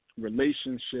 relationship